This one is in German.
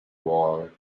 wall